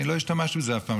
אני לא השתמשתי בזה אף פעם,